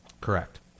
Correct